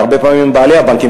והרבה פעמים הם בעלי הבנקים,